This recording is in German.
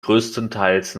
größtenteils